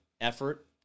effort